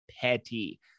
petty